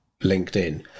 LinkedIn